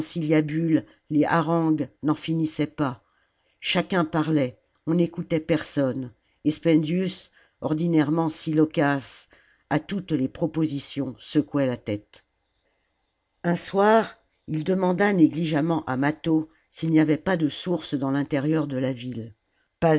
les harangues n'en finissaient pas chacun parlait on n'écoutait personne et spendius ordinairement si loquace à toutes les propositions secouait la tête un soir il demanda négligemment à mâtho s'il n'y avait pas de sources dans l'intérieur de la ville